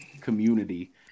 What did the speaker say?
community